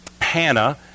Hannah